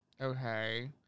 Okay